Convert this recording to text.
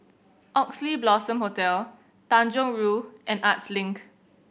Oxley Blossom Hotel Tanjong Rhu and Arts Link